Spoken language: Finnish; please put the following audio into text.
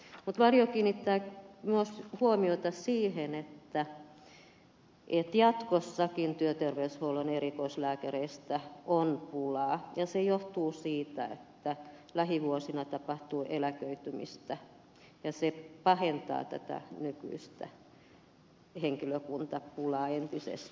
mutta valiokunta kiinnittää myös huomiota siihen että jatkossakin työterveyshuollon erikoislääkäreistä on pulaa ja se johtuu siitä että lähivuosina tapahtuu eläköitymistä ja se pahentaa tätä nykyistä henkilökuntapulaa entisestään